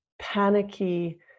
panicky